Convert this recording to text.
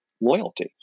loyalty